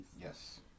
Yes